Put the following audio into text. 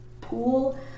pool